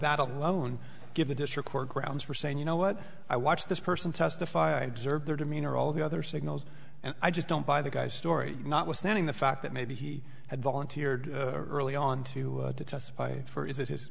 that alone give the district more grounds for saying you know what i watched this person testify i deserve their demeanor all the other signals and i just don't buy the guy's story notwithstanding the fact that maybe he had volunteered early on to testify for is that his